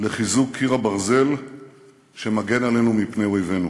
לחיזוק קיר הברזל שמגן עלינו מפני אויבינו.